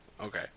Okay